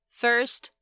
first